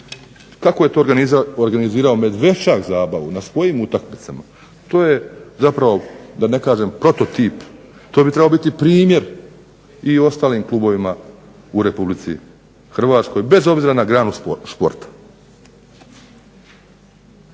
Kako je to organizirao Medveščak zabavu na svojim utakmicama, to je zapravo prototip, to bi trebao biti primjer i ostalim klubovima u RH bez obzira na granu športa.